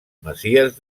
masies